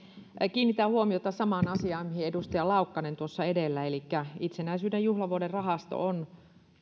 kiinnitän huomiota samaan asiaan mihin edustaja laukkanen tuossa edellä elikkä siihen että itsenäisyyden juhlavuoden rahasto on